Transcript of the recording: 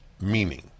meaning